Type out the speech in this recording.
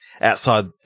outside